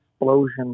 explosion